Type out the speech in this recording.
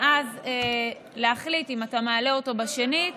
ואז להחליט אם אתה מעלה אותו שנית